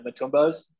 Matumbos